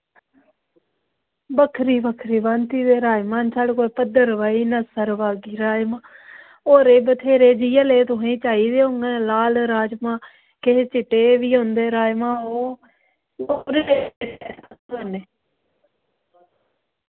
बक्खरी बक्खरी भांति दे राजमांह् न साढ़े कोल भद्रवाही न अस्सर बग्गर राजमांह् होर बी बथ्हेरे न जेह् नेहं तुसें चाहिदे होन लाल राजमांह् किश चिट्टे बी होंदे राजमांह्